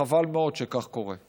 חבל מאוד שכך קורה.